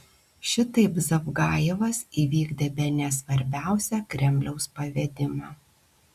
šitaip zavgajevas įvykdė bene svarbiausią kremliaus pavedimą